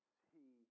see